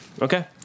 Okay